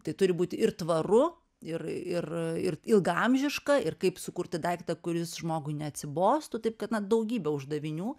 tai turi būti ir tvaru ir ir ir ilgaamžiška ir kaip sukurti daiktą kuris žmogui neatsibostų taip kad na daugybė uždavinių